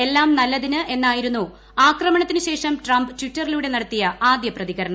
എല്ലാം നല്ലതിന് എന്നായിരുന്നു ആക്രമണത്തിനു ശേഷം ട്രംപ് ടിറ്ററിലൂടെ നടത്തിയ ആദ്യ പ്രതികരണം